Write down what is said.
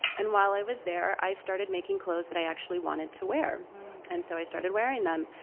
and while i was there, i started making clothes that i actually wanted to wear and so i started wearing them.